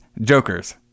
Jokers